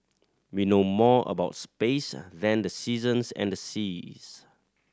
we know more about space than the seasons and the seas